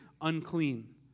unclean